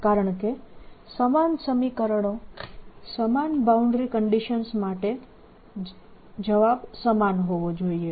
કારણકે સમાન સમીકરણો સમાન બાઉન્ડ્રી કન્ડિશન્સ માટે જવાબ સમાન હોવો જોઈએ